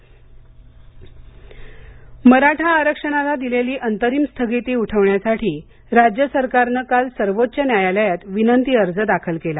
मराठा आरक्षण मराठा आरक्षणाला दिलेली अंतरिम स्थगिती उठवण्यासाठी राज्य सरकारनं काल सर्वोच्च न्यायालयात विनंती अर्ज दाखल केला